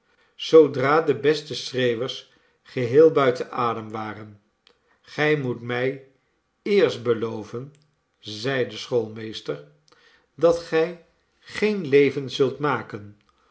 zoodra de beste schreeuwers geheei buiten adem waren gij moet mij eerst beloven zeide de schoolmeester dat gij geen leven zult maken